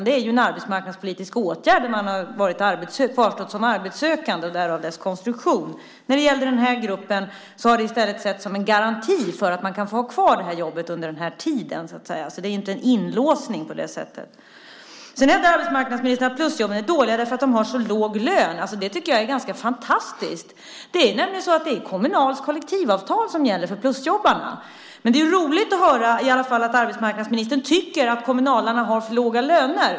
Det är en arbetsmarknadspolitisk åtgärd när någon har kvarstått som arbetssökande - därav dess konstruktion. När det gäller den här gruppen har det i stället setts som en garanti för att en människa ska få ha kvar jobbet under den här tiden. Det är alltså inte någon inlåsning. Arbetsmarknadsministern hävdar också att plusjobben är dåliga därför att de har så låg lön. Det tycker jag är ganska fantastiskt. Det är nämligen Kommunals kollektivavtal som gäller för plusjobbarna. Men det är i alla fall roligt att höra att arbetsmarknadsministern tycker att kommunalarna har för låga löner.